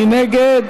מי נגד?